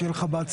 שיהיה לך בהצלחה.